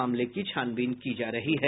मामले की छानबीन की जा रही है